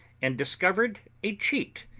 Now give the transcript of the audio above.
and discovered a cheat,